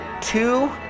two –